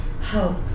help